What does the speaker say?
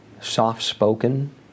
soft-spoken